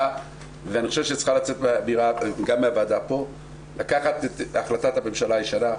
ואני חושב שצריכה לצאת אמירה מהוועדה לקחת את החלטת הממשלה הישנה,